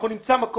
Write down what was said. אנחנו נמצא בחוץ,